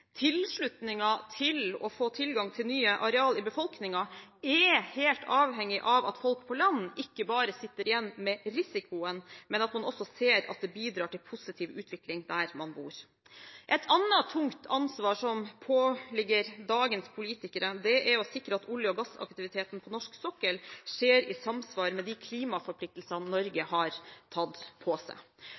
til å få tilgang til nye arealer er helt avhengig av at folk på land ikke bare sitter igjen med risikoen, men også ser at det bidrar til positiv utvikling der man bor. Et annet tungt ansvar som påligger dagens politikere, er å sikre at olje- og gassaktiviteten på norsk sokkel skjer i samsvar med de klimaforpliktelsene Norge har tatt på seg.